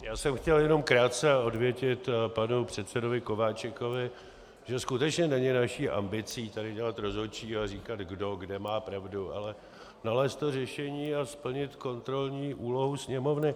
Já jsem chtěl jenom krátce odvětit panu předsedovi Kováčikovi, že skutečně není naší ambicí tady dělat rozhodčí a říkat, kdo kde má pravdu, ale nalézt to řešení a splnit kontrolní úlohu Sněmovny.